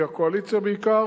מהקואליציה בעיקר: